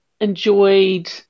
enjoyed